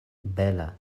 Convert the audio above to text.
bela